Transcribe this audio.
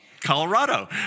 Colorado